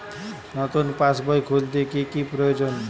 নতুন পাশবই খুলতে কি কি প্রয়োজন?